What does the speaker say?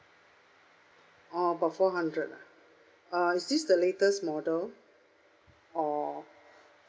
oh about four hundred ah uh is this the latest model or